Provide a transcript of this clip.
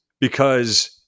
because-